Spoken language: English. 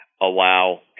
allow